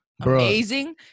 amazing